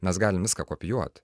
mes galim viską kopijuot